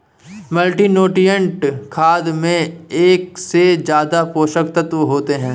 multinutrient खाद में एक से ज्यादा पोषक तत्त्व होते है